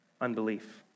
unbelief